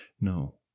No